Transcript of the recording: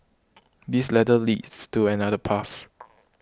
this ladder leads to another path